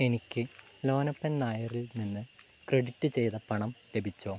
എനിക്ക് ലോനപ്പൻ നായരിൽ നിന്ന് ക്രെഡിറ്റ് ചെയ്ത പണം ലഭിച്ചോ